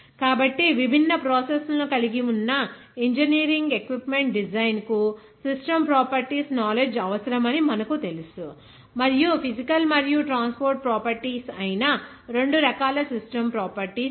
కాబట్టి విభిన్న ప్రాసెస్ లను కలిగి ఉన్న ఇంజనీరింగ్ ఎక్విప్మెంట్ డిజైన్ కు సిస్టమ్ ప్రాపర్టీస్ కనౌలెడ్జి అవసరమని మనకు తెలుసు మరియు ఫీజికల్ మరియు ట్రాన్స్పోర్ట్ ప్రాపర్టీస్ అయిన 2 రకాల సిస్టమ్ ప్రాపర్టీస్ ఉన్నాయి